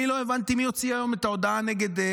אני לא הבנתי מי הוציא היום את ההודעה נגד,